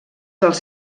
dels